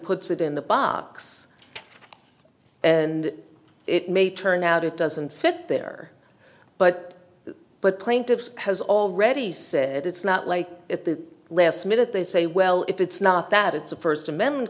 puts it in the box and it may turn out it doesn't fit there but but plaintiffs has already said it's not like at the last minute they say well if it's not that it's a first amendment